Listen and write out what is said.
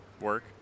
work